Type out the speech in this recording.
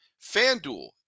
FanDuel